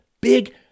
big